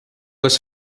was